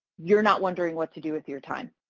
you're not wondering what to do with your time.